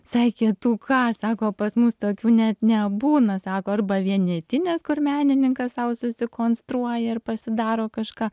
sakė tu ką sako pas mus tokių net nebūna sako arba vienetinės kur menininkas sau susikonstruoja ir pasidaro kažką